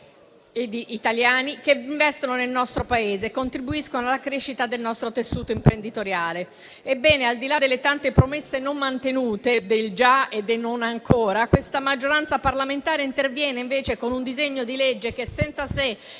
e di italiani che investono nel nostro Paese e contribuiscono alla crescita del nostro tessuto imprenditoriale. Ebbene, al di là delle tante promesse non mantenute, "dei già e dei non ancora", questa maggioranza parlamentare interviene invece con un disegno di legge che, senza se